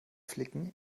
flicken